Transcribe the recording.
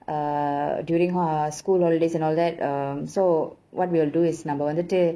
err during uh school holidays and all that um so what we'll do is நம்ம வந்துட்டு:namma vanthuttu